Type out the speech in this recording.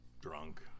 Drunk